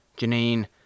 Janine